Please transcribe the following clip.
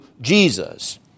Jesus